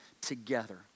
together